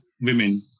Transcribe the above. women